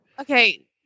okay